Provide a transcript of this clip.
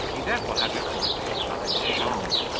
he therefore had recourse to his valet-de-chambre,